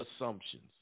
assumptions